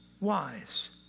wise